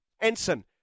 Ensign